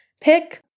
Pick